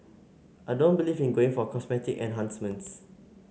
I don't believe in going for cosmetic enhancements